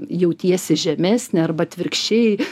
jautiesi žemesnė arba atvirkščiai